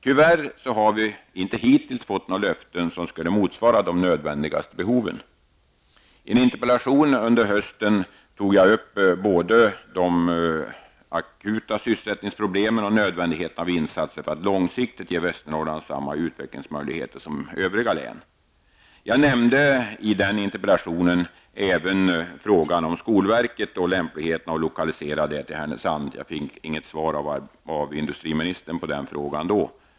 Tyvärr har vi inte hittills fått några löften som skulle innebära att de nödvändigaste behoven täcks. I en interpellation under hösten tog jag upp både de akuta sysselsättningsproblemen och nödvändigheten av insatser för att långsiktigt ge Västernorrland samma utvecklingsmöjligheter som övriga län. Jag nämnde i interpellationen även frågan om skolverket och lämpligheten av att lokalisera det till Härnösand. Jag fick inget svar av industriministern.